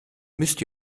müsst